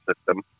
system